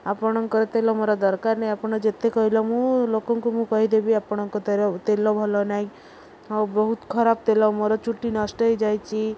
ଆପଣଙ୍କର ତେଲ ମୋର ଦରକାର ନାହିଁ ଆପଣ ଯେତେ କହିଲେ ମୁଁ ଲୋକଙ୍କୁ ମୁଁ କହିଦେବି ଆପଣଙ୍କ ତର ତେଲ ଭଲ ନାହିଁ ଆଉ ବହୁତ ଖରାପ ତେଲ ମୋର ଚୁଟି ନଷ୍ଟ ହେଇଯାଇଛି